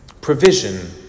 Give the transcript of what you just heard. provision